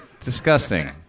disgusting